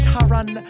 Taran